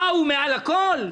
מה, הוא מעל הכול?